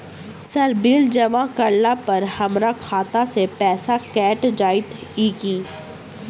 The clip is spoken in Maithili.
सर बिल जमा करला पर हमरा खाता सऽ पैसा कैट जाइत ई की?